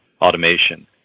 automation